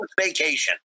vacation